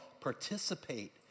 participate